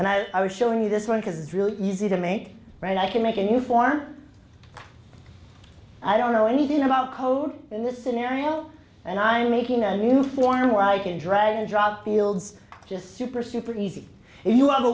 and i was showing you this one because it's really easy to make right i can make a new form i don't know anything about code in this scenario and i am making a new form where i can drag and drop fields just super super easy and you have a